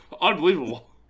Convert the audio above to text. Unbelievable